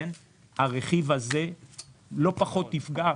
הרכיב הזה לא פחות יפגע,